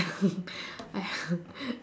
I